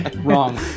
wrong